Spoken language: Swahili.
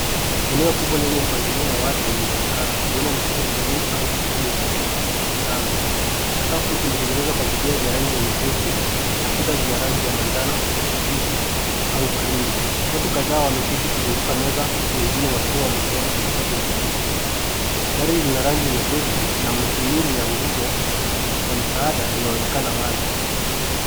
Eneo kubwa lenye mpangilio wa wazi linaonekana. Huenda ni kituo cha jamii au sehemu ya umma ya mkutano. Sakafu imetengenezwa kwa vigae vya rangi ya nyepesi na kuta zina rangi ya majano hafifu au krimu. Watu kadhaa wameketi kuzunguka meza huku wengine wakiwa wamesimama katikati ya ukumbi huo. Dari lina rangi nyepesi na mhimili ya nguzo za msaada zinaonekana wazi.